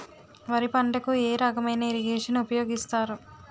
వరి పంటకు ఏ రకమైన ఇరగేషన్ ఉపయోగిస్తారు?